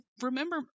remember